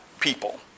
People